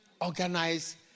organize